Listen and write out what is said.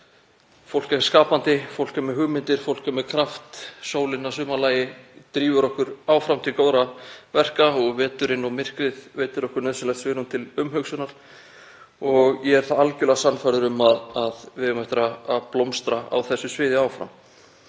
Fólk er skapandi, fólk er með hugmyndir, fólk er með kraft, sólin að sumarlagi drífur okkur áfram til góðra verka og veturinn og myrkrið veitir okkur nauðsynlegt svigrúm til umhugsunar. Ég er algerlega sannfærður um að við eigum eftir að blómstra á þessu sviði áfram.